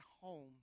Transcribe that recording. home